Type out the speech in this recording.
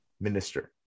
minister